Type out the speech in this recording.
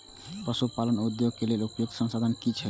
पशु पालन उद्योग के लेल उपयुक्त संसाधन की छै?